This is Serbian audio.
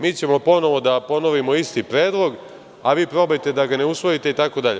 Mi ćemo ponovo da ponovimo isti predlog, a vi probajte da ga ne usvojite itd.